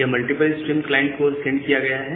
यह multiple stream client को send किया गया है